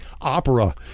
Opera